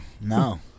no